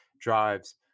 drives